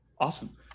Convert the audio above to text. Awesome